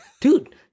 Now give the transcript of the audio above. dude